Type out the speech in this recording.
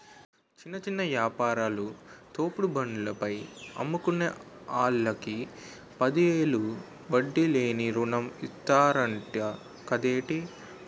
చిన్న చిన్న యాపారాలు, తోపుడు బండ్ల పైన అమ్ముకునే ఆల్లకి పదివేలు వడ్డీ లేని రుణం ఇతన్నరంట కదేటి